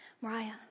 Mariah